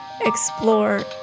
explore